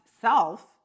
self